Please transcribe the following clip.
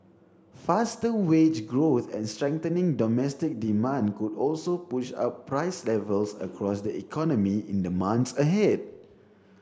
faster wage growth and strengthening domestic demand could also push up price levels across the economy in the months ahead